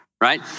right